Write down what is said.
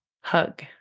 hug